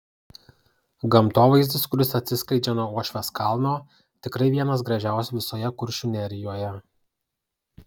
gamtovaizdis kuris atsiskleidžia nuo uošvės kalno tikrai vienas gražiausių visoje kuršių nerijoje